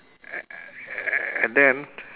a~ and then